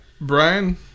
Brian